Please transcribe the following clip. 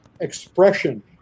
expression